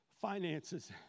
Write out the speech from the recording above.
finances